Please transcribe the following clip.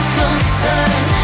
concern